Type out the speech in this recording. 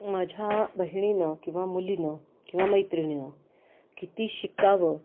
माझ्या बहिणीनं किंवा मुलीनं किंवा मैत्रिणीनं किती शिकावं